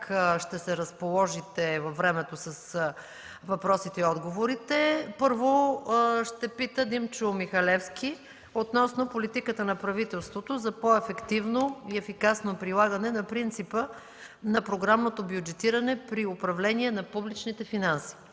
ще се разположите във времето с въпросите и отговорите. Първо ще пита Димчо Михалевски относно политиката на правителството за по-ефективно и ефикасно прилагане на принципа на програмното бюджетиране при управление на публичните финанси.